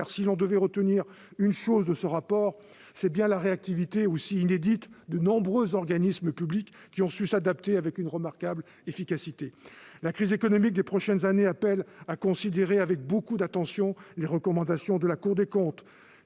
: si l'on devait ne retenir qu'une chose de ce rapport, ce serait la réactivité inédite de nombreux organismes publics, qui ont su s'adapter avec une remarquable efficacité. La crise économique des prochaines années appelle à considérer avec beaucoup d'attention les recommandations de la Cour des comptes.